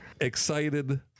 excited